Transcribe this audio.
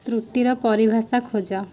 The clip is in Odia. ତ୍ରୁଟିର ପରିଭାଷା ଖୋଜ